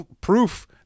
proof